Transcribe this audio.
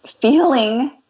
feeling